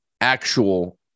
actual